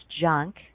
junk